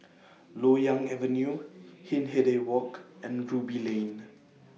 Loyang Avenue Hindhede Walk and Ruby Lane